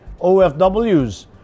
OFWs